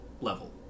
level